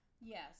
Yes